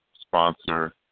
sponsor